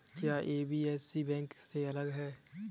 क्या NBFC bank से अलग है?